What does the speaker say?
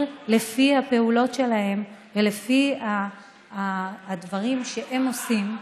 לפי הפעולות שלהם ולפי הדברים שהם עושים,